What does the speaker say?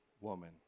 woman